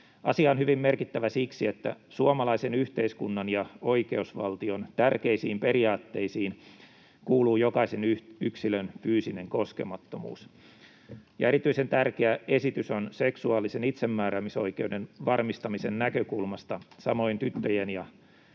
Asia on hyvin merkittävä siksi, että suomalaisen yhteiskunnan ja oikeusvaltion tärkeisiin periaatteisiin kuuluu jokaisen yksilön fyysinen koskemattomuus, ja erityisen tärkeä esitys on seksuaalisen itsemääräämisoikeuden varmistamisen näkökulmasta, samoin tyttöihin ja